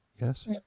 Yes